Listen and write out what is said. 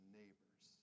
neighbors